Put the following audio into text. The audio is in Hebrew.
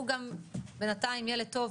הוא גם בינתיים ילד טוב,